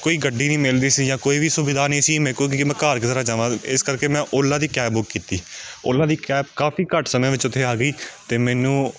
ਕੋਈ ਗੱਡੀ ਨਹੀਂ ਮਿਲਦੀ ਸੀ ਜਾਂ ਕੋਈ ਵੀ ਸੁਵਿਧਾ ਨਹੀਂ ਸੀ ਮੇਰੇ ਕੋਲ ਕਿਉਂਕਿ ਮੈਂ ਘਰ ਕਿਸ ਤਰ੍ਹਾਂ ਜਾਵਾਂ ਇਸ ਕਰਕੇ ਮੈਂ ਓਲਾ ਦੀ ਕੈਬ ਬੁੱਕ ਕੀਤੀ ਓਲਾ ਦੀ ਕੈਬ ਕਾਫੀ ਘੱਟ ਸਮੇਂ ਵਿੱਚ ਉੱਥੇ ਆ ਗਈ ਅਤੇ ਮੈਨੂੰ